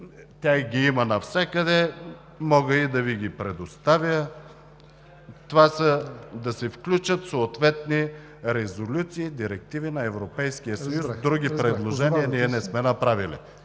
тях ги има навсякъде, мога и да Ви ги предоставя. Това са да се включат съответни резолюции, директиви на Европейския съюз. Други предложения ние не сме направили.